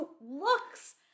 looks